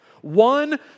One